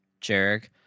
Jarek